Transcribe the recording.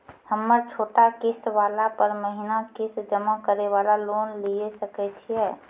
हम्मय छोटा किस्त वाला पर महीना किस्त जमा करे वाला लोन लिये सकय छियै?